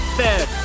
fed